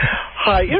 Hi